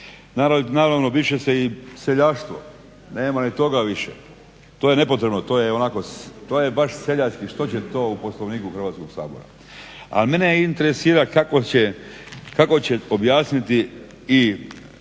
Naravno, briše se i seljaštvo, nema ni toga više, to je nepotrebno, to je baš seljački, što će to u Poslovniku Hrvatskog sabora. Ali mene interesira kako će objasniti i